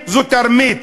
זו תרמית, זו תרמית.